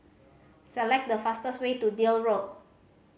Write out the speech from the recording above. select the fastest way to Deal Road